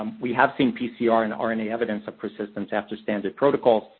um we have seen pcr and rna evidence of persistence after standard protocols,